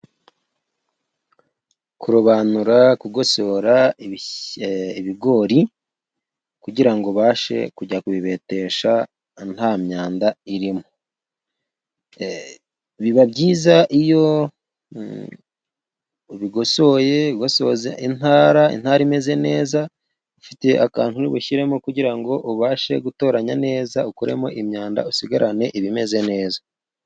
Kurobanura kugosora ibigori kugira ngo ubashe kujya kubibetesha nta myanda irimo, biba byiza iyo ubigosoye ugosoza intara, intara imeze neza ifite akantu uri bushyiremo kugira ngo ubashe gutoranya neza ukuremo imyanda usigarane ibimeze neza.